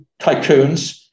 tycoons